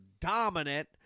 dominant